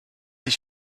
ich